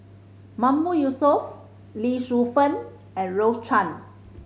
Mahmood Yusof Lee Shu Fen and Rose Chan